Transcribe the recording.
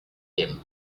him